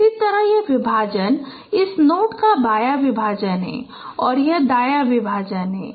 इसी तरह यह विभाजन इस नोड का बायां विभाजन है और यह दायाँ विभाजन है